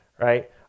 right